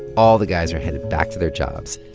all the guys are headed back to their jobs.